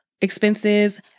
expenses